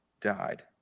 died